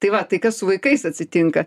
tai va tai kas su vaikais atsitinka